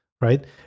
right